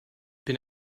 bin